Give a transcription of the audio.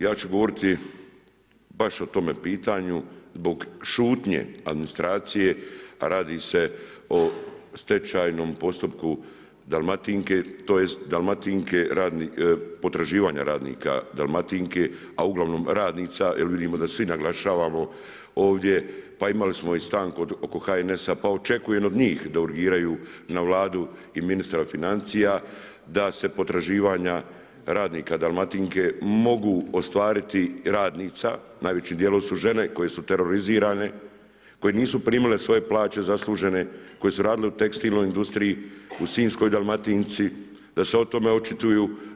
Ja ću govoriti baš o tome pitanje, zbog šutnje administracije, a radi se o stečajnom postupku Dalmatinke, tj. Dalmatinke, potraživanja radnika Dalmatinke, a ugl. radnica, jer vidimo da svi naglašavamo ovdje, pa imali smo i stanku oko HNS-a pa očekujem od njih da urgiraju na Vladu i ministra financija, da se potraživanja radnika Dalmatinke, mogu ostvariti radnica, najvećim dijelom su žene koje su terorizirane, koje nisu primile svoje plaće zaslužene, koje su radili u tekstilnoj industriji u sinjskoj dalmatinci, da se o tome očituju.